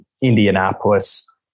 Indianapolis